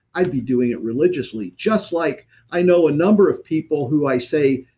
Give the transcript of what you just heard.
i'd be doing it religiously just like i know a number of people who i say,